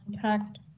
contact